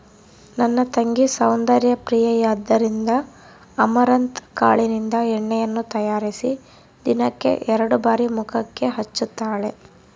ನನ್ನ ತಂಗಿ ಸೌಂದರ್ಯ ಪ್ರಿಯೆಯಾದ್ದರಿಂದ ಅಮರಂತ್ ಕಾಳಿನಿಂದ ಎಣ್ಣೆಯನ್ನು ತಯಾರಿಸಿ ದಿನಕ್ಕೆ ಎರಡು ಬಾರಿ ಮುಖಕ್ಕೆ ಹಚ್ಚುತ್ತಾಳೆ